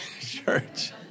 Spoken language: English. church